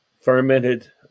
fermented